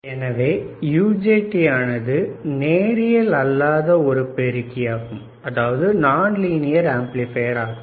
எனவே UJTயானது நேரியல் அல்லாத ஒரு பெருக்கி ஆகும்